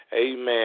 Amen